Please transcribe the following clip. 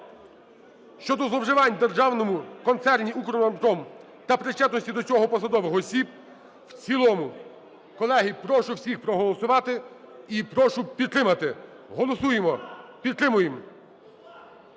щодо зловживань у Державному концерні "Укроборонпром" та причетності до цього посадових осіб в цілому. Колеги, прошу всіх проголосувати і прошу підтримати. Голосуємо. Підтримуємо.